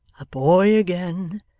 a boy again,